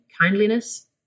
kindliness